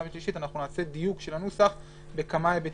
והשלישית נעשה דיוק של הנוסח בכמה היבטים.